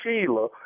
Sheila